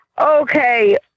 Okay